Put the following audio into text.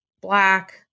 Black